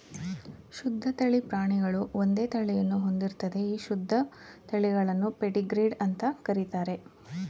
ಶುದ್ಧ ತಳಿ ಪ್ರಾಣಿಗಳು ಒಂದೇ ತಳಿಯನ್ನು ಹೊಂದಿರ್ತದೆ ಈ ಶುದ್ಧ ತಳಿಗಳನ್ನು ಪೆಡಿಗ್ರೀಡ್ ಅಂತ ಕರೀತಾರೆ